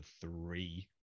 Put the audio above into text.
three